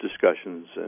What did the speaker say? discussions